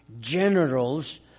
Generals